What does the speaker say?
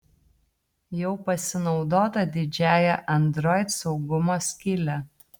jau pasinaudota didžiąja android saugumo skyle